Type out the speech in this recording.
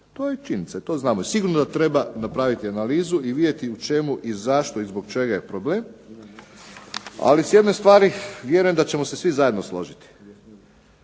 To je činjenica, ti znamo i sigurno da treba napraviti analizu i vidjeti u čemu i zašto i zbog čega je problem. Ali s jednom stvari vjerujem da ćemo se svi zajedno složiti,